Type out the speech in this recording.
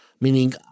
Meaning